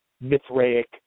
Mithraic